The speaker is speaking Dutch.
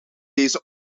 deze